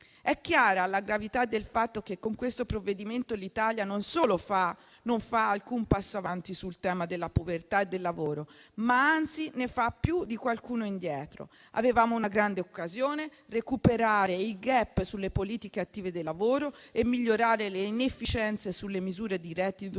È chiara la gravità del fatto che, con il provvedimento in discussione, l'Italia non solo non fa alcun passo avanti sul tema della povertà e del lavoro, ma anzi ne fa più di qualcuno indietro. Avevamo una grande occasione: recuperare il *gap* sulle politiche attive del lavoro e migliorare le inefficienze sulle misure di reddito